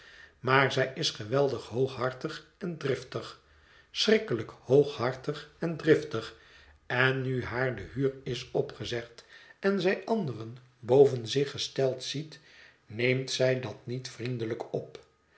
maar zij is geweldig hooghartig en driftig schrikkelijk hooghartig en driftig en nu haar de huur is opgezegd en zij anderen boven zich gesteld ziet neemt zij dat niet vriendelijk op